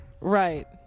Right